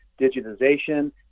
digitization